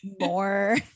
more